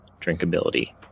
drinkability